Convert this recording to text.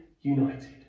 united